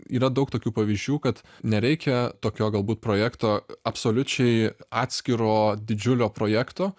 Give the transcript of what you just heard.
yra daug tokių pavyzdžių kad nereikia tokio galbūt projekto absoliučiai atskiro didžiulio projekto